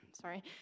Sorry